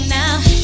now